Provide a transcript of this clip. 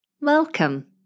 Welcome